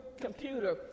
computer